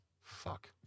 Fuck